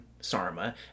Sarma